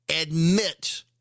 admit